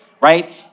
right